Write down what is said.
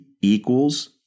equals